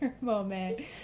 moment